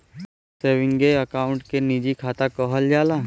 सेवींगे account के निजी खाता कहल जाला